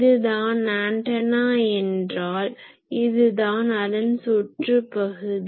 இதுதான் ஆன்டனா என்றால் இதுதான் அதன் சுற்றுபகுதி